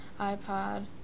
iPod